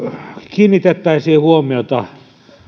kiinnitettäisiin huomiota